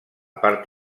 part